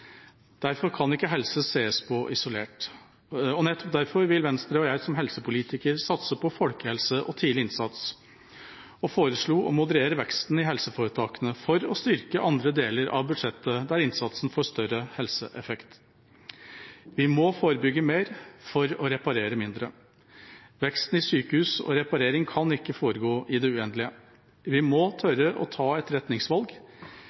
Derfor kan ikke helse ses på isolert. Nettopp derfor vil Venstre og jeg som helsepolitiker satse på folkehelse og tidlig innsats, og vi foreslo å moderere veksten i helseforetakene for å styrke andre deler av budsjettet der innsatsen får større helseeffekt. Vi må forebygge mer for å reparere mindre. Veksten i sykehus og reparering kan ikke foregå i det uendelige. Vi må tørre å ta